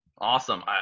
Awesome